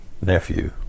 nephew